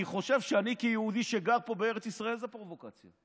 אני חושב שאני כיהודי שגר פה בארץ ישראל זו פרובוקציה.